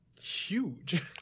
huge